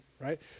right